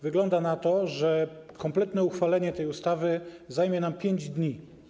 Wygląda na to, że kompletne uchwalenie tej ustawy zajmie nam 5 dni.